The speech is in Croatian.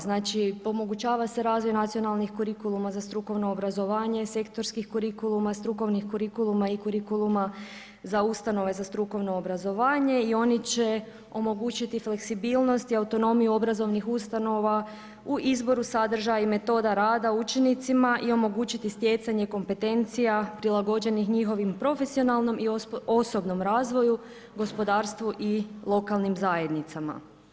Znači omogućava se razvoj nacionalnih kurikuluma za strukovno obrazovanje, sektorskih kurikuluma, strukovnih kurikuluma i kurikuluma za ustanove za strukovno obrazovanje i oni će omogućiti fleksibilnost i autonomiju obrazovnih ustanova u izboru, sadržaj i metoda rada učenicima i omogućiti stjecanje kompetencija prilagođenih njihovom profesionalnom i osobnom razvoju, gospodarstvu i lokalnim zajednicama.